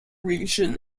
region